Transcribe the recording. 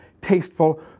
tasteful